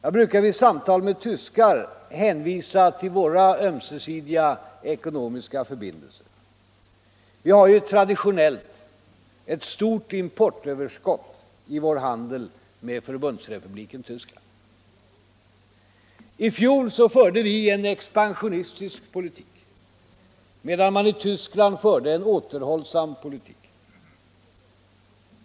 Jag brukar vid samtal med tyskar hänvisa till våra ömsesidiga ekonomiska förbindelser. Vi har traditionellt ett stort importöverskott i vår handel med Förbundsrepubliken Tyskland. I fjol förde vi en expansionistisk politik, medan man i Tyskland förde en återhållsam politik.